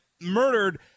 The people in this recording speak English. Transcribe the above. murdered